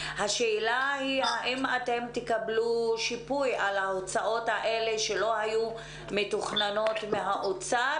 האם אתם תקבלו שיפוי על ההוצאות האלה שלא היו מתוכננות מהאוצר,